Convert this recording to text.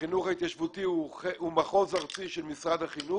החינוך ההתיישבותי הוא מחוז ארצי של משרד החינוך